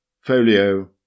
Folio